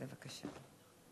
בבקשה.